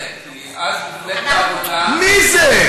כי אז מפלגת העבודה, מי זה?